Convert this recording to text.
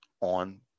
on